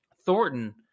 Thornton